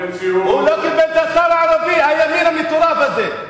הוא לא קיבל את השר הערבי, הימין המטורף הזה.